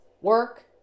Work